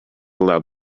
allowed